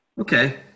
Okay